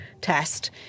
test